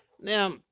Now